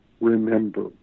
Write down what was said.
remember